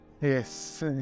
Yes